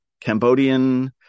Cambodian